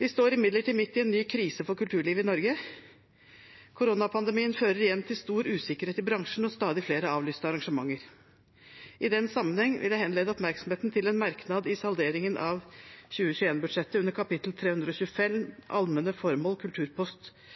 Vi står imidlertid midt i en ny krise for kulturlivet i Norge. Koronapandemien fører igjen til stor usikkerhet i bransjen og stadig flere avlyste arrangementer. I den sammenheng vil jeg henlede oppmerksomheten til en merknad i salderingen av 2021-budsjettet, kapittel 325